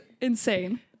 insane